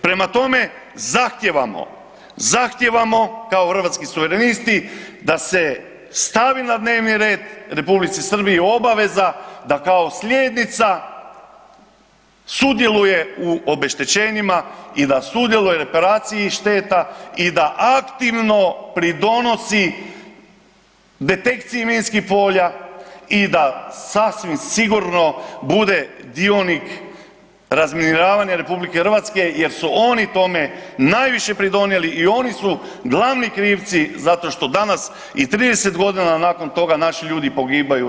Prema tome, zahtijevamo, zahtijevamo kao Hrvatski suverenisti da se stavi na dnevni red Republici Srbiji obaveza da kao slijednica sudjeluje u obeštećenjima i da sudjeluje u reparaciji šteta i da aktivno pridonosi detekciji minskih polja i da sasvim sigurno bude dionik razminiravanja RH jer su oni tome najviše pridonijeli i oni su glavni krivci za to što danas i 30 godina nakon toga naši ljudi pogibaju u RH.